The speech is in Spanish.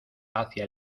hacia